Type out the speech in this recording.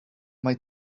mai